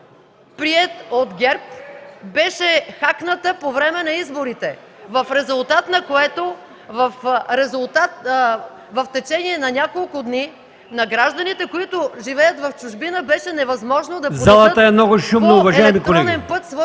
Залата е много шумна, уважаеми колеги.